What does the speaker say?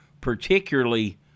particularly